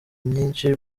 myinshi